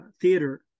theater